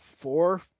four